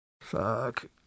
Fuck